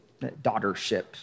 daughtership